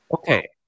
Okay